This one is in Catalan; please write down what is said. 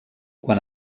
quan